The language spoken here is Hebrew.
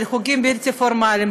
של חוגים בלתי פורמליים,